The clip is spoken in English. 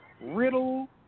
Riddle